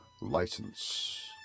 License